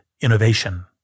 innovation